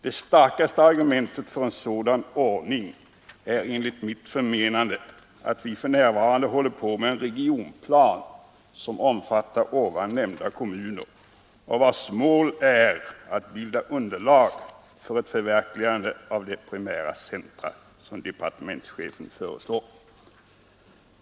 Det starkaste argumentet för en sådan ordning är enligt min mening att vi för närvarande håller på med en regionplan som omfattar här nämnda kommuner och vars mål är att bilda underlag för ett förverkligande av det primära centrum som departementschefen föreslår.